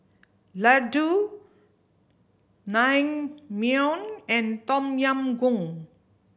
Ladoo Naengmyeon and Tom Yam Goong